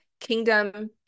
kingdom